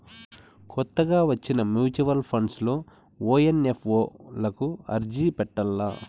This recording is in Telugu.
కొత్తగా వచ్చిన మ్యూచువల్ ఫండ్స్ లో ఓ ఎన్.ఎఫ్.ఓ లకు అర్జీ పెట్టల్ల